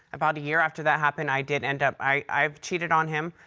about a year after that happened, i did end up i've cheated on him.